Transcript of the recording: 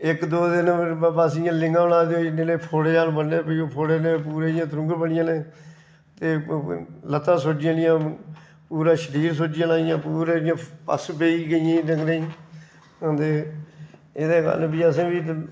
इक दो दिन बस इ'यां लिंग्गा होना ते इन्नें जन फोह्डे जन बनने ते ओह् फोह्ड़े उ'ऐ ने त्रुंग बनी जाने ते लत्ता सुज्जी जानियां पूरा शरीर सुज्जी जाना इ'यां पूरे इ'यां पस्स पेई गेई केईं डंगरें गी अते एह्दे कारण फ्ही असें बी